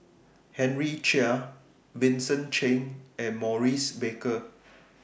Henry Chia Vincent Cheng and Maurice Baker